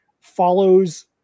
follows